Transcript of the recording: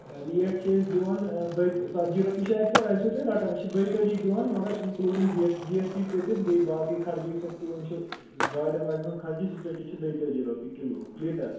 rate چھِ أسۍ دِوان دٔیہِ ژَتجی رۄپیہِ چھِ اَتہِ تہٕ ٲسِو تُہۍ رَٹان أسۍ چھِ دۄیہِ تٲجی دِوان مگر including G S G S T ژٔٹِتھ تہٕ بیٚیہِ باقٕے خرچہٕ یُس اَسہِ یِوان چھُ گاڑٮ۪ن واڑٮ۪ن ہُنٛد خرچہٕ سُہ ژٔٹِتھ چھِ دۅیہِ تٲجی رۄپیہِ کِلوٗ لیٖٹر